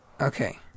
Okay